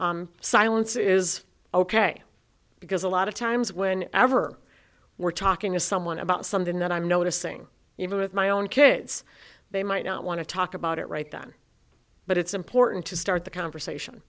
patient silence is ok because a lot of times when ever we're talking to someone about something that i'm noticing even with my own kids they might not want to talk about it right then but it's important to start the conversation